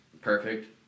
Perfect